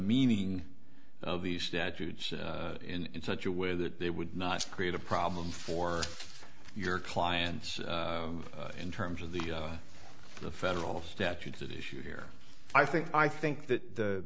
meaning of these statutes in such a way that they would not create a problem for your clients in terms of the the federal statute that issue here i think i think that the